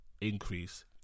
increase